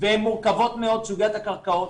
והן מורכבות מאוד, סוגיית הקרקעות.